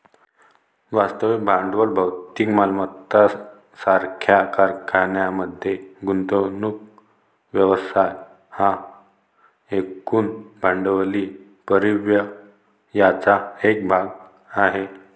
वास्तविक भांडवल भौतिक मालमत्ता सारख्या कारखान्यांमध्ये गुंतवणूक व्यवसाय हा एकूण भांडवली परिव्ययाचा एक भाग आहे